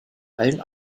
allen